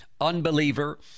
unbeliever